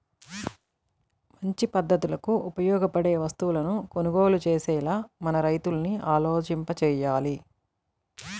మంచి పద్ధతులకు ఉపయోగపడే వస్తువులను కొనుగోలు చేసేలా మన రైతుల్ని ఆలోచింపచెయ్యాలి